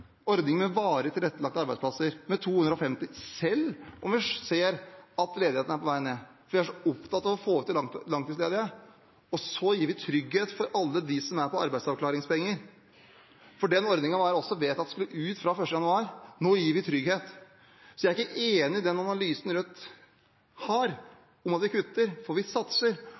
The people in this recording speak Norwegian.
med varig tilrettelagte arbeidsplasser med 250, selv om vi ser at ledigheten er på vei ned, for vi er så opptatt av å få de langtidsledige ut av køen. Vi gir trygghet for alle dem som er på arbeidsavklaringspenger, for den ordningen var det også vedtatt at skulle ut fra 1. januar. Nå gir vi trygghet. Jeg er ikke enig i den analysen Rødt har om at vi kutter, for vi satser.